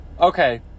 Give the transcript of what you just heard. okay